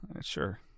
sure